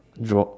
draw~